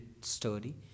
sturdy